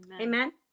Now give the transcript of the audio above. Amen